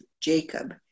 Jacob